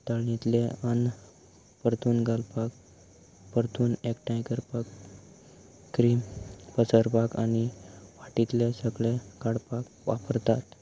तणींतले अन्न परतून घालपाक परतून एकठांय करपाक क्रीम पसरपाक आनी फाटींतले सगळें काडपाक वापरतात